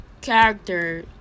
character